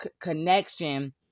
connection